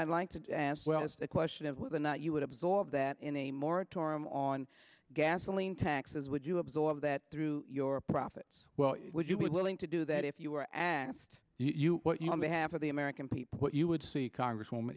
well as the question of whether or not you would absorb that in a moratorium on on gasoline taxes would you absorb that through your profits well would you be willing to do that if you were asked you what you want a half of the american people what you would see congresswoman